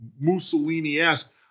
Mussolini-esque